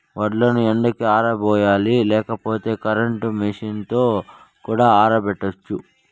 వడ్లను ఎండకి ఆరబోయాలి లేకపోతే కరెంట్ మెషీన్ తో కూడా ఆరబెట్టచ్చు